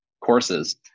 courses